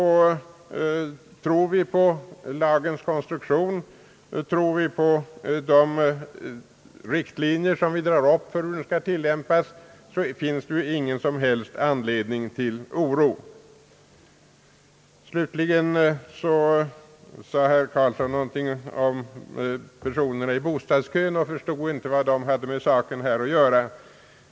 Tror vi på lagens konstruktion och tror vi på de riktlinjer vi har dragit upp för hur den skall tillämpas, finns det inte någon som helst anledning till oro. Slutligen sade herr Göran Karlsson något om människorna i bostadskön och förstod inte vad de hade med denna fråga att göra.